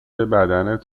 بدنت